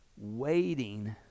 Waiting